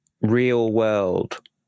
real-world